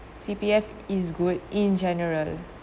C_P_F is good in general